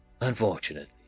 Unfortunately